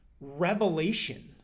revelation